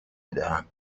بدهم